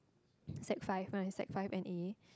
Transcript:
sec five when I sec five N_A